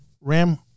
Ram